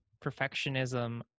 perfectionism